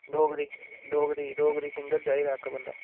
Dogri Dogri Dogri singer चाहिदा इक बन्दा